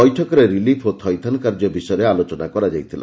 ବୈଠକରେ ରିଲିଫ୍ ଓ ଥଇଥାନ କାର୍ଯ୍ୟ ବିଷୟରେ ଆଲୋଚନା କରାଯାଇଥିଲା